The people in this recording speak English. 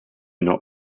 not